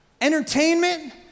Entertainment